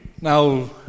now